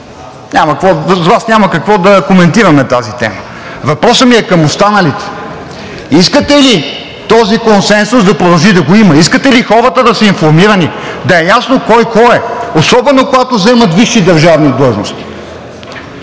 няма какво да коментираме тази тема. Въпросът ми е към останалите: искате ли този консенсус да продължи да го има? Искате ли хората да са информирани, да е ясно кой кой е, особено когато заемат висши държавни длъжности?